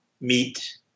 meet